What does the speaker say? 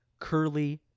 Curly